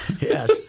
Yes